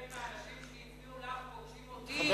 חלק מהאנשים שהצביעו לך פוגשים אותי,